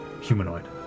humanoid